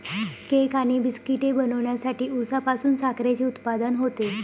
cake आणि बिस्किटे बनवण्यासाठी उसापासून साखरेचे उत्पादन होते